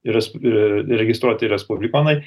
ir as į registruoti respublikonai